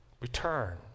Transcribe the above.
return